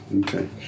okay